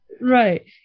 right